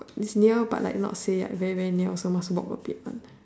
it's near but like not say very very near also must walk a bit one